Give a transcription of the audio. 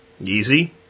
easy